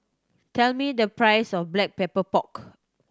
tell me the price of Black Pepper Pork